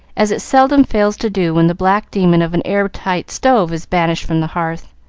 as it seldom fails to do when the black demon of an airtight stove is banished from the hearth.